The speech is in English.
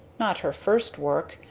not her first work,